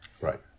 Right